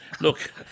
look